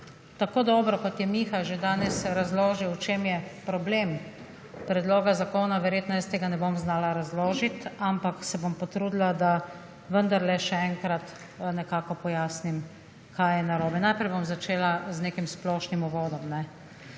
tako dobro kot je Miha že danes razložil o čem je problem predloga zakona, verjetno jaz tega ne bom znala razložiti, ampak se bom potrudila, da vendarle še enkrat nekako pojasnim kaj je narobe. Najprej bom zažela z nekim splošnim uvodom.